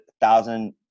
thousand